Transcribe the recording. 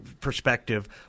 perspective